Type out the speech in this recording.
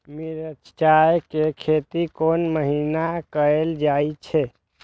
मिरचाय के खेती कोन महीना कायल जाय छै?